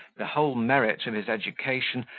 the whole merit of his education,